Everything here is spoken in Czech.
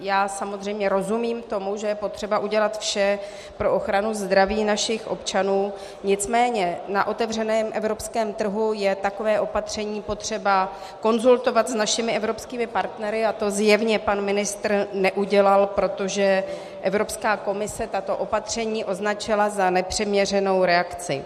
Já samozřejmě rozumím tomu, že je potřeba udělat vše pro ochranu zdraví našich občanů, nicméně na otevřeném evropském trhu je takové opatření potřeba konzultovat s našimi evropskými partnery a to zjevně pan ministr neudělal, protože Evropská komise tato opatření označila za nepřiměřenou reakci.